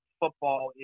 football